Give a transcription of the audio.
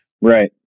Right